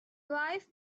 wife